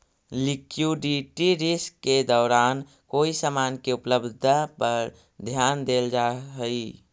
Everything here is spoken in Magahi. लिक्विडिटी रिस्क के दौरान कोई समान के उपलब्धता पर ध्यान देल जा हई